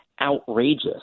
outrageous